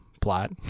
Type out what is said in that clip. plot